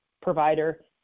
provider